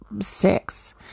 six